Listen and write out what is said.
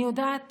אני יודעת